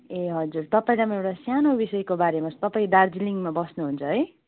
ए हजुर तपाईँलाई म एउटा सानो विषयको बारेमा तपाईँ दार्जिलिङमा बस्नुहुन्छ है